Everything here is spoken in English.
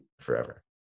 forever